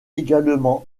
également